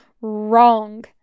Wrong